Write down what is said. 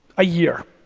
a year?